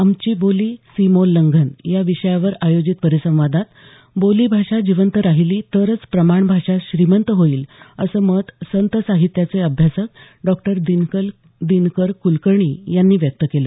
आमची बोली सीमोल्लंघन या विषयावर आयोजित परिसंवादात बोली भाषा जिवंत राहिली तरच प्रमाणभाषा श्रीमंत होईल असं मत संत साहित्याचे अभ्यासक डॉ दिनकर कुलकर्णी यांनी व्यक्त केलं